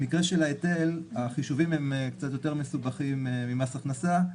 במקרה של ההיטל החישובים הם קצת יותר מסובכים ממס הכנסה.